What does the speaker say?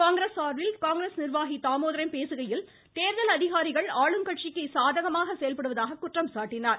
காங்கிரஸ் சார்பில் காங்கிரஸ் நிர்வாகி தாமோதரன் பேசுகையில் தேர்தல் அதிகாரிகள் ஆளுங்கட்சிக்கு சாதகமாக செயல்படுவதாக குற்றம் சாட்டினார்